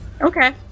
Okay